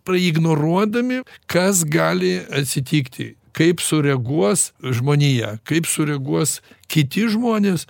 praignoruodami kas gali atsitikti kaip sureaguos žmonija kaip sureaguos kiti žmonės